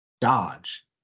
Dodge